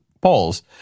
polls